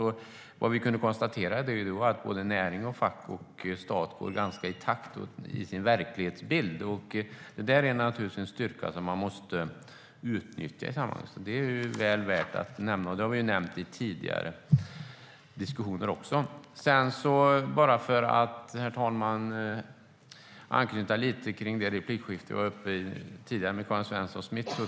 STYLEREF Kantrubrik \* MERGEFORMAT SjöfartsfrågorJag ska anknyta lite till det replikskifte som jag hade med Karin Svensson Smith.